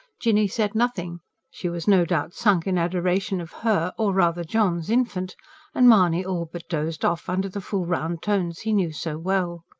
jinny said nothing she was no doubt sunk in adoration of her or rather john's infant and mahony all but dozed off, under the full, round tones he knew so well.